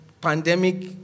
pandemic